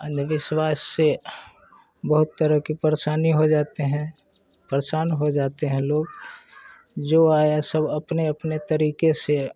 अंधविश्वास से बहुत तरह की परेशानी हो जाती है परेशान हो जाते हैं लोग जो आया सब अपने अपने तरीक़े से